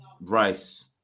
Rice